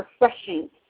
refreshing